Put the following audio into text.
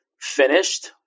finished